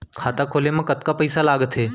खाता खोले मा कतका पइसा लागथे?